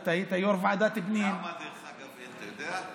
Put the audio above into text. אתה היית יו"ר ועדת הפנים, למה אין, אתה יודע?